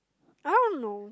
I don't know